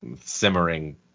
simmering